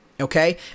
Okay